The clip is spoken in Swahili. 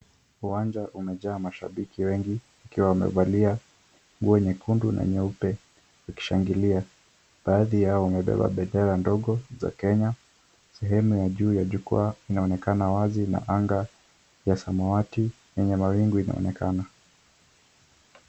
Uwanja umejaa mashabiki wengi wakiwa wamevalia nguo nyekundu na nyeupe wakishangilia . Baadhi yao wamebeba bendera ndogo za Kenya. Sehemu ya juu ya jukwaa inaonekana wazi na anga ya samawati yenye mawingu inaonekana.